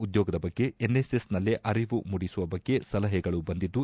ಉದ್ಯೋಗದ ಬಗ್ಗೆ ಎನ್ಎಸ್ಎಸ್ನಲ್ಲೇ ಅರಿವು ಮೂಡಿಸುವ ಬಗ್ಗೆ ಸಲಹೆಗಳು ಬಂದಿದ್ದು